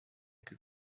que